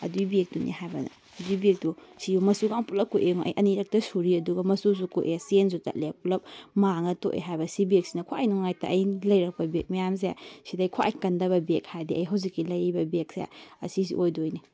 ꯑꯗꯨꯏ ꯕꯦꯒꯇꯨꯅꯤ ꯍꯥꯏꯕ ꯑꯗꯨꯏ ꯕꯦꯒꯇꯣ ꯁꯤ ꯃꯆꯨꯒ ꯄꯨꯂꯞ ꯀꯣꯛꯑꯦꯉꯣ ꯑꯩ ꯑꯅꯤꯔꯛꯇ ꯁꯨꯔꯤ ꯑꯗꯨꯒ ꯃꯆꯨꯁꯨ ꯀꯣꯛꯑꯦ ꯆꯦꯟꯁꯨ ꯇꯠꯂꯦ ꯄꯨꯂꯞ ꯃꯥꯡꯉ ꯇꯣꯛꯑꯦ ꯍꯥꯏꯕ ꯁꯤ ꯕꯦꯒꯁꯤꯅ ꯈ꯭ꯋꯥꯏ ꯅꯨꯡꯉꯥꯏꯇꯦ ꯑꯩꯅ ꯂꯩꯔꯛꯄ ꯕꯦꯒ ꯃꯌꯥꯝꯁꯦ ꯁꯤꯗꯩ ꯈ꯭ꯋꯥꯏ ꯀꯟꯗꯕ ꯕꯦꯒ ꯍꯥꯏꯔꯗꯤ ꯑꯩ ꯍꯧꯖꯤꯛꯀꯤ ꯂꯩꯔꯤꯕ ꯕꯦꯒꯁꯦ ꯑꯁꯤꯁꯤ ꯑꯣꯏꯗꯣꯏꯅꯤ